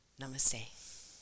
Namaste